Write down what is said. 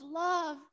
love